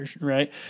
Right